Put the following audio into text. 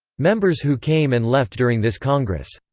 members who came and left during this congress.